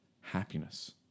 happiness